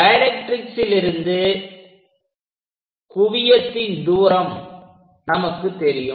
டைரக்ட்ரிக்ஸிலிருந்து குவியத்தின் தூரம் நமக்கு தெரியும்